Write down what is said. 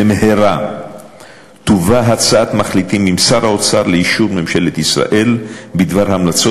במהרה תובא הצעת מחליטים עם שר האוצר לאישור ממשלת ישראל בדבר המלצות